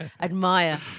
admire